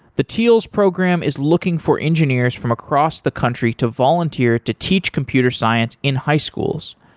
the teals program is looking for engineers from across the country to volunteer to teach computer science in high schools.